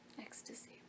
ecstasy